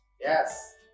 Yes